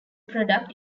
product